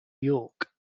york